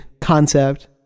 concept